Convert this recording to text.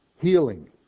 healing